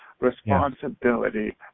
responsibility